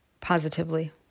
positively